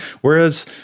whereas